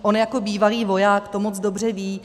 On jako bývalý voják to moc dobře ví.